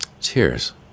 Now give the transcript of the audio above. Tears